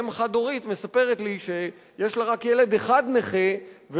אם חד-הורית מספרת לי שיש לה רק ילד אחד נכה,